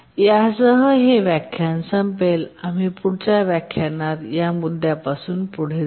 यासह हे व्याख्यान संपेल आणि आम्ही पुढच्या व्याख्यानात या मुद्यापासून पुढे जाऊ